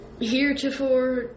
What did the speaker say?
heretofore